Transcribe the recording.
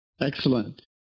Excellent